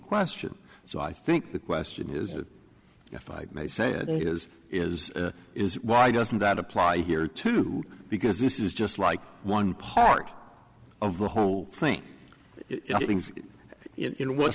question so i think the question is if i may say it is is is why doesn't that apply here too because this is just like one part of the whole thing in what